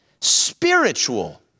Spiritual